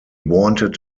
wanted